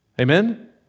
Amen